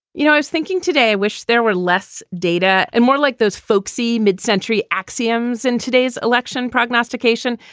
you know, i was thinking today, wish there were less data and more like those folksy mid-century axioms in today's election prognostication.